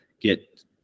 get